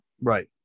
right